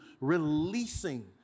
releasing